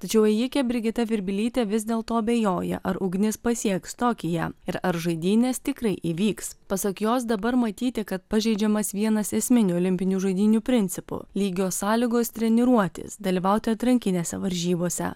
tačiau ėjikė brigita virbilytė vis dėlto abejoja ar ugnis pasieks tokiją ir ar žaidynės tikrai įvyks pasak jos dabar matyti kad pažeidžiamas vienas esminių olimpinių žaidynių principų lygios sąlygos treniruotis dalyvauti atrankinėse varžybose